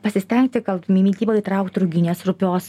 pasistengti gal mitybą įtraukt ruginės rupios